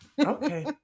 Okay